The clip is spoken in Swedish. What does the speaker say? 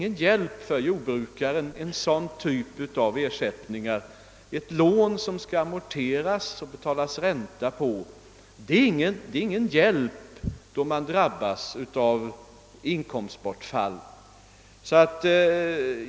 Ett lån som skall amorteras och som man skall betala ränta på är ingen hjälp när man drabbas av inkomstbortfall.